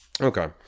okay